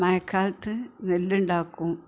മഴക്കാലത്ത് നെല്ലുണ്ടാക്കും